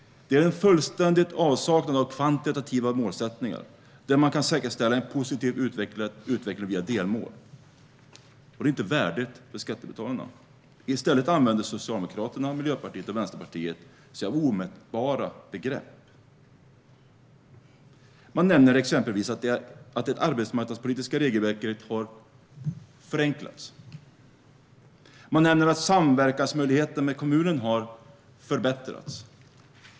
Det är en fullständig avsaknad av kvantitativa målsättningar där man kan säkerställa en positiv utveckling via delmål. Det är inte värdigt för skattebetalarna. I stället använder Socialdemokraterna, Miljöpartiet och Vänsterpartiet sig av omätbara begrepp. Man nämner exempelvis att det arbetsmarknadspolitiska regelverket har förenklats. Man nämner att samverkansmöjligheterna med kommunerna har förbättrats.